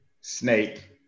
Snake